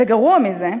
וגרוע מזה,